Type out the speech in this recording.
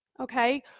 okay